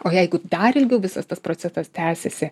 o jeigu dar ilgiau visas tas procesas tęsiasi